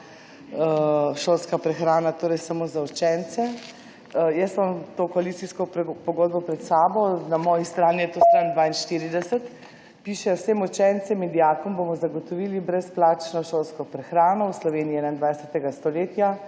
šolska prehrana, torej samo za učence. Jaz imam to koalicijsko pogodbo pred sabo, na moji [kopiji] je to stran 42, piše: »Vsem učencem in dijakom bomo zagotovili brezplačno šolsko prehrano. V Sloveniji 21. stoletja